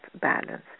balance